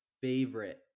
favorite